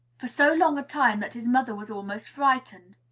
for so long a time that his mother was almost frightened.